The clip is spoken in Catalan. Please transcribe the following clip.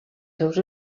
seus